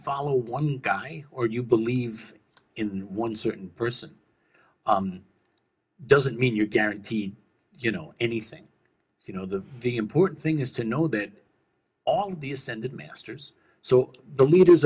follow one guy or you believe in one certain person doesn't mean you're guaranteed you know anything you know the the important thing is to know that all the ascended masters so the leaders